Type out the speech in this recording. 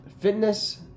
fitness